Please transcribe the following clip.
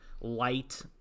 light